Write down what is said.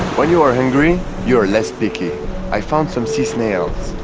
when you are hungry, you're less picky i found some sea snails,